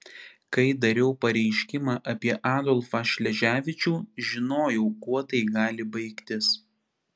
kai dariau pareiškimą apie adolfą šleževičių žinojau kuo tai gali baigtis